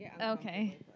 Okay